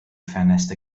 ffenest